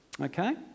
Okay